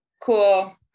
cool